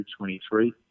23